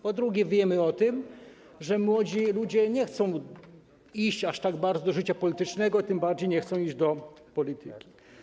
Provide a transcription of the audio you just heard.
Po drugie, wiemy o tym, że młodzi ludzie nie chcą iść aż tak bardzo do życia politycznego, tym bardziej nie chcą iść do polityki.